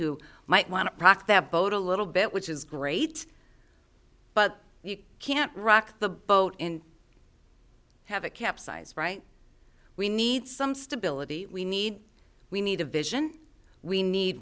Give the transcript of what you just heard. who might want to rock the boat a little bit which is great but you can't rock the boat in have a capsized right we need some stability we need we need a vision we need